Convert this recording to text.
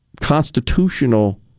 constitutional